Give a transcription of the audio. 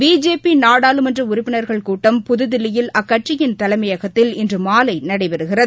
BJP நாடாளுமன்ற உறுப்பினா்கள் கூட்டம் புதுதில்லியில் அக்கட்சியின் தலைமையகத்தில் இன்று மாலை நடைபெறுகிறது